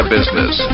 Business